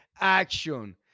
action